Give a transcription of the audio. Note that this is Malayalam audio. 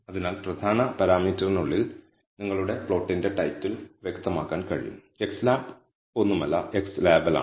അതിനാൽ പ്രധാന പാരാമീറ്ററിനുള്ളിൽ നിങ്ങളുടെ പ്ലോട്ടിന്റെ ടൈറ്റിൽ വ്യക്തമാക്കാൻ കഴിയും xlab ഒന്നുമല്ല x ലേബലാണ്